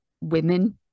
women